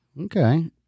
Okay